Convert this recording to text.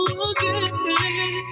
again